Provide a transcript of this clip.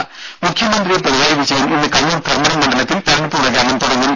രും മുഖ്യമന്ത്രി പിണറായി വിജയൻ ഇന്ന് കണ്ണൂർ ധർമടം മണ്ഡലത്തിൽ തിരഞ്ഞെടുപ്പ് പ്രചാരണം തുടങ്ങും